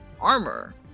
armor